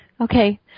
Okay